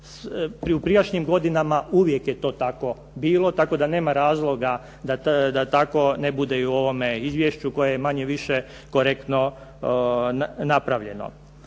U prijašnjim godinama, uvijek je to tako bilo, tako da nema razloga da tako ne bude i u ovome izvješću koje je manje-više korektno napravljeno.